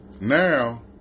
Now